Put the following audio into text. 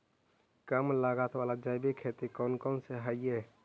कम लागत वाला जैविक खेती कौन कौन से हईय्य?